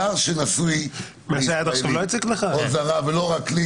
יש נקודה אחת שקצת מציקה לי ולא רק לי